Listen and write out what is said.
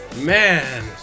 Man